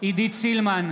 עידית סילמן,